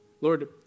Lord